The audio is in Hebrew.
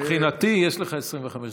מבחינתי, יש לך 25 דקות.